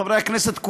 חברי הכנסת,